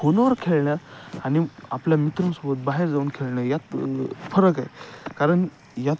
फोनवर खेळण्यात आणि आपल्या मित्रांसोबत बाहेर जाऊन खेळणं यात फरक आहे कारण यात